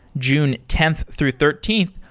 june tenth through thirteenth,